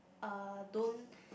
uh don't